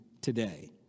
today